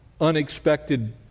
unexpected